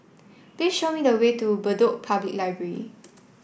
please show me the way to Bedok Public Library